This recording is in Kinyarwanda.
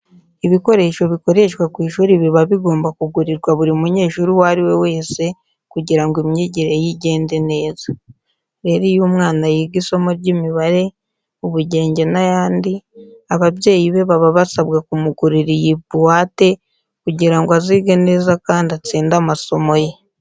Ibikoresho bikoreshwa ku ishuri biba bigomba kugurirwa buri munyeshuri uwo ari we wese kugira ngo imyigire ye igende neza. Rero iyo umwana yiga isomo ry'imibare, ubugenge n'ayandi, ababyeyi be baba basabwa kumugurira iyi buwate kugira ngo azige neza kandi atsinde amasomo ye.